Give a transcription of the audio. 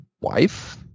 wife